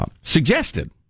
suggested